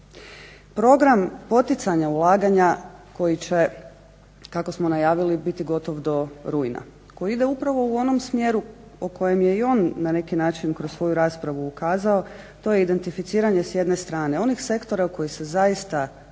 Program poticanja ulaganja koji će kako smo najavili biti gotovo do rujna koji ide upravo u onom smjeru o kojem je i on na neki način kroz svoju raspravu ukazao, to je identificiranje s jedne strane onih sektora u koje se zaista isplati